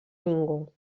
ningú